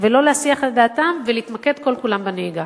ולא להסיח את דעתם, להתמקד כל-כולם בנהיגה.